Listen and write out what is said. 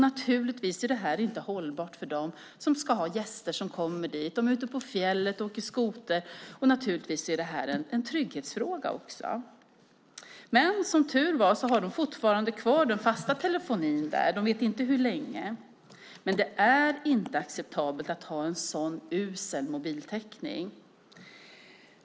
Naturligtvis är det här inte hållbart för dem som har gäster som är ute på fjället och åker skoter. Det är naturligtvis också en trygghetsfråga. Men som tur var har de fortfarande kvar den fasta telefonin där. De vet inte hur länge. Men det är inte acceptabelt att ha en sådan usel mobiltäckning.